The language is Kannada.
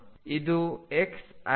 ಇದು X ಆಗಿದೆ